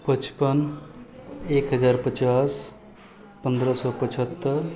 पचपन एक हजार पचास पन्द्रह सए पचहत्तरि